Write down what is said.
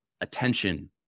attention